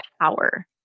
power